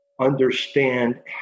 understand